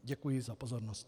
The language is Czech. Děkuji za pozornost.